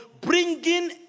Bringing